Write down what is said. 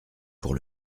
pour